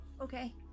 Okay